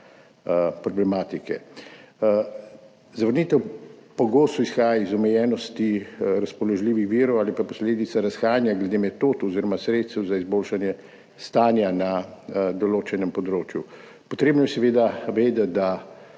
problematike. Zavrnitev pogosto izhaja iz omejenosti razpoložljivih virov ali pa je posledica razhajanja glede metod oziroma sredstev za izboljšanje stanja na določenem področju. Treba je seveda vedeti, da